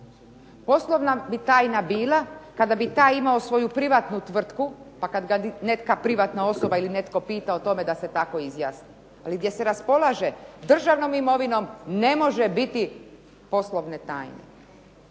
Poslovna bi tajna bila kada bi taj imao svoju privatnu tvrtku, pa ga neka privatna osoba ili netko pita o tome da se tako izjasni, ali gdje se raspolaže državnom imovinom ne može biti poslovne tajne.